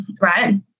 right